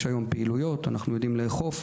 יש היום פעילויות, אנחנו יודעים לאכוף,